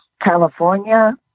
California